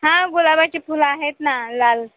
हा गुलाबाची फुलं आहेत ना लाल